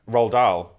Roldal